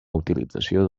utilització